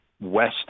west